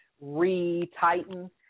re-tighten